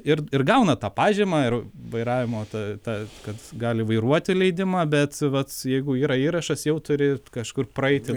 ir ir gauna tą pažymą ir vairavimo tą tą kad gali vairuoti leidimą bet vat jeigu yra įrašas jau turi kažkur praeiti